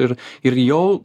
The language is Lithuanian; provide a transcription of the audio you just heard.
ir ir jau